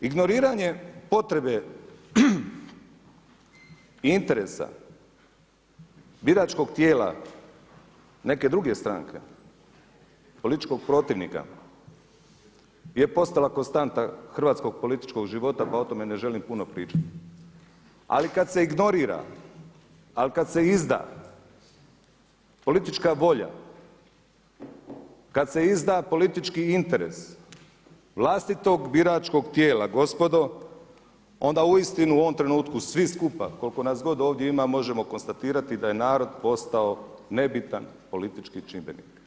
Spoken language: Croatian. Ignoriranje potrebe i interesa biračkog tijela neke druge stranke političkog protivnika je postala konstanta hrvatskog političkog života pa o tome ne želim puno pričati, ali kad se ignorira, ali kad se izda politička volja, kad se izda politički interes vlastitog biračkog tijela gospodo, onda uistinu u ovom trenutku svi skupa koliko god nas ovdje ima možemo konstatirati da je narod postao nebitan politički čimbenik.